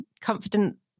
Confident